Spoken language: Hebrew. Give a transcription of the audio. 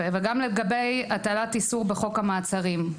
וגם לגבי הטלת איסור בחוק המעצרים.